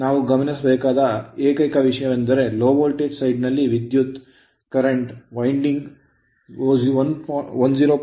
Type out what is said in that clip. ನಾವು ಗಮನಿಸಬೇಕಾದ ಏಕೈಕ ವಿಷಯವೆಂದರೆ low voltage side ನಲ್ಲಿ ವಿದ್ಯುತ್ ಪ್ರವಾಹವೈಂಡಿಂಗ್ 106